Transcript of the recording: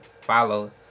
follow